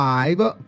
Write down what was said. Five